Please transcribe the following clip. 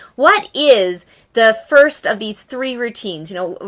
what is the first of these three routines? you know,